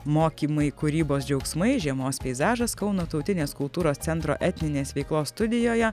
mokymai kūrybos džiaugsmai žiemos peizažas kauno tautinės kultūros centro etninės veiklos studijoje